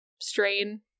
strain